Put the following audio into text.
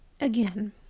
Again